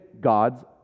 God's